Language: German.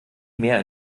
mehr